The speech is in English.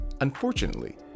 Unfortunately